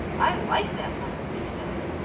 i like that woman, he said.